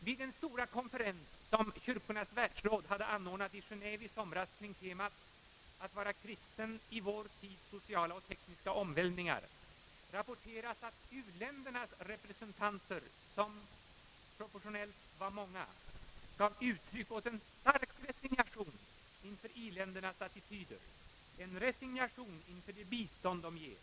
Vid den stora konferens som Kyrkornas världsråd hade anordnat i Geneve i somras kring temat »Att vara kristen i vår tids sociala och tekniska omvälvningar» rapporterades att uländernas representanter, som proportionellt var många, gav uttryck åt en stark resignation inför i-ländernas attityder, en resignation inför det bistånd de ger.